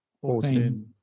Fourteen